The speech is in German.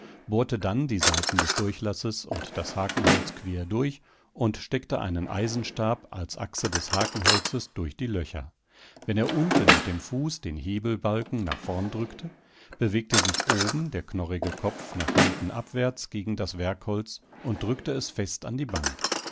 bohrte dann die seiten des durchlasses und das hakenholz quer durch und steckte einen eisenstab als achse des hakenholzes durch die löcher wenn er unten mit dem fuß den hebelbalken nach vorn drückte bewegte sich oben der knorrige kopf nach hinten abwärts gegen das werkholz und drückte es fest an die bank